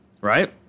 right